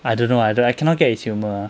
I don't know I cannot get his humor lah